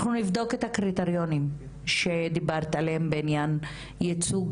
אנחנו נבדוק את הקריטריונים שדיברת עליהם בעניין ייצוג